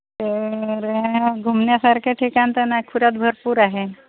तर घुमण्यासारखे ठिकाण तर नागपुरात भरपूर आहे